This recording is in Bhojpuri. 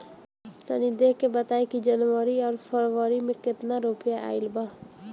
तनी देख के बताई कि जौनरी आउर फेबुयारी में कातना रुपिया आएल बा?